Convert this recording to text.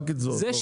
רק קצבאות.